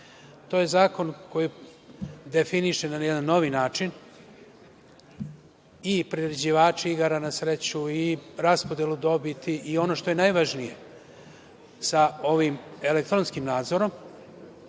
To je zakon koji definiše na jedan novi način i priređivače igara na sreću, raspodelu dobiti i ono što je najvažnije, sa ovim elektronskim nadzorom